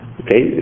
okay